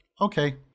Okay